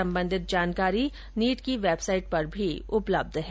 संबंधित जानकारी नीट की वेबसाईट पर भी उपलब्ध है